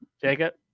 Jacob